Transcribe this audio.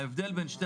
ההבדל בין שתי